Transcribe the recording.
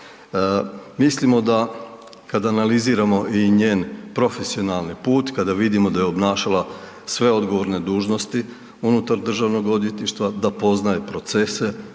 Mislimo da kada analiziramo i njen profesionalni put, kada vidimo da je obnašala sve odgovorne dužnosti unutar državnog odvjetništva, da poznaje procese,